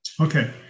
Okay